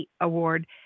Award